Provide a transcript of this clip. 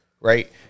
right